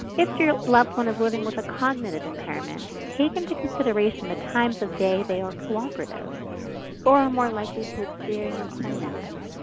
if your loved one is living with a cognitive impairment, take into consideration the times of day they are cooperative or are more likely to experience sundowning.